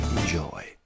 Enjoy